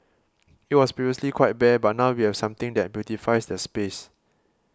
it was previously quite bare but now we have something that beautifies the space